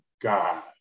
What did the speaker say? God